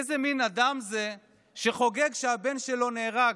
איזה מין אדם זה שחוגג כשהבן שלו נהרג,